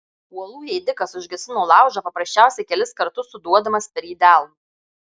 uolų ėdikas užgesino laužą paprasčiausiai kelis kartus suduodamas per jį delnu